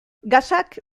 gasak